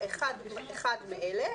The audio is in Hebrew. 'אחד מאלה,